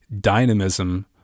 dynamism